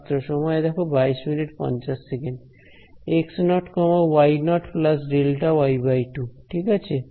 ছাত্র সময় দেখো 2250 x0 y0 Δy2 ঠিক আছে